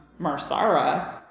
Marsara